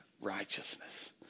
righteousness